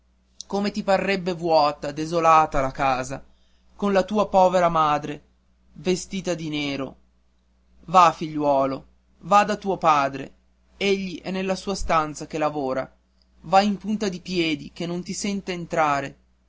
come ti parrebbe vuota desolata la casa con la tua povera madre vestita di nero va figliuolo va da tuo padre egli è nella sua stanza che lavora va in punta di piedi che non ti senta entrare